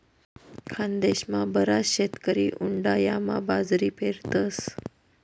खानदेशमा बराच शेतकरी उंडायामा बाजरी पेरतस